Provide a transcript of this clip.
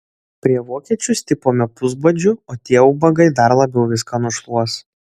prie vokiečių stipome pusbadžiu o tie ubagai dar labiau viską nušluos